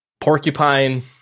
porcupine